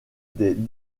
des